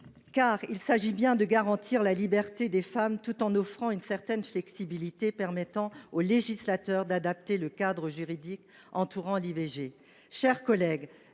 il s’agit bien de garantir la liberté des femmes, tout en offrant une certaine flexibilité permettant au législateur d’adapter le cadre juridique entourant l’IVG.